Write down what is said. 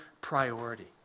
priority